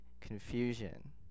confusion